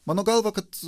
mano galva kad